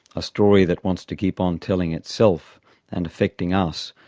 a story that wants to keep on telling itself and affecting us,